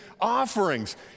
offerings